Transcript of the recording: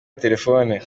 telefoni